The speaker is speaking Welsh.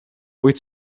wyt